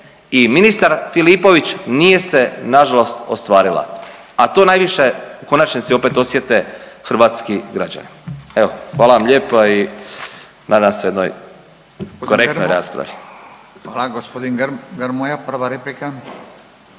i ministar Filipović nije se nažalost ostvarila, a to najviše u konačnici opet osjete hrvatski građani. Evo, hvala vam lijepa i nadam se jednoj korektnoj raspravi. **Radin, Furio